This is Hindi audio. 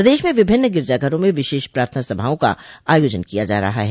प्रदेश में विभिन्न गिरजाघरों में विशेष प्रार्थना सभाओं का आयोजन किया जा रहा है